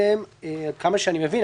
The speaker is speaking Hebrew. עד כמה שאני מבין,